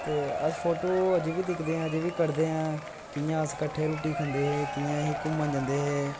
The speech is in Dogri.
ते अस फोटो अज़े बी दिखदे ऐं अज़े बी कडदे ऐं कियां अस कट्ठे रुट्टी खंदी हे कियां अस घूमन जंदे हे